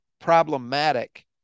problematic